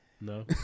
No